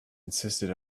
insisted